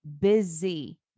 busy